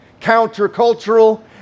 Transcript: countercultural